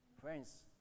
Friends